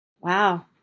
wow